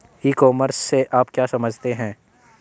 ई commerce से आप क्या समझते हैं?